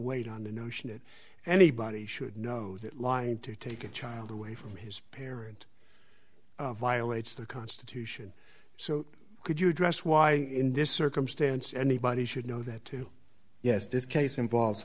weight on the notion that anybody should know that lying to take a child away from his parent violates the constitution so could you address why in this circumstance anybody should know that to yes this case involves